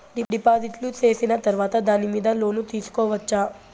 డిపాజిట్లు సేసిన తర్వాత దాని మీద లోను తీసుకోవచ్చా?